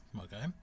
Okay